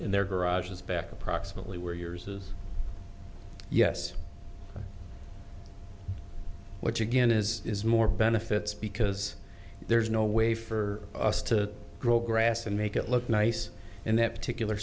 in their garages back approximately where yours is yes which again is is more benefits because there's no way for us to grow grass and make it look nice in that particular